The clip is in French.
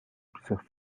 plusieurs